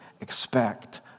expect